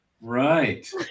Right